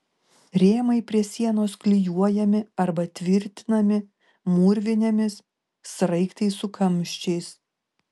rėmai prie sienos klijuojami arba tvirtinami mūrvinėmis sraigtais su kamščiais